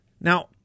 Now